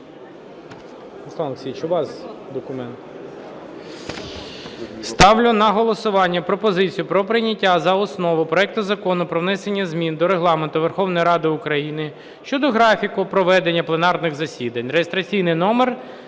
Ставлю на голосування пропозицію про прийняття за основу проекту Закону про внесення змін до Регламенту Верховної Ради України щодо графіку проведення пленарних засідань